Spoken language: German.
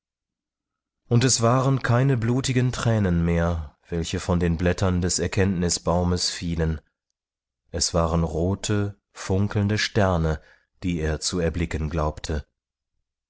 und es waren keine blutigen thränen mehr welche von den blättern des erkenntnisbaumes fielen es waren rote funkelnde sterne die er zu erblicken glaubte